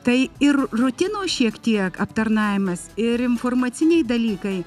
tai ir rutinos šiek tiek aptarnavimas ir informaciniai dalykai